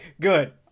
good